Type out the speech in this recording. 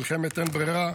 מלחמת אין ברירה,